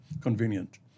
convenient